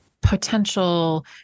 potential